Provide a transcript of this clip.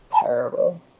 terrible